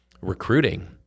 recruiting